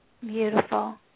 Beautiful